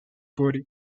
puri